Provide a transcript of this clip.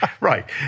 Right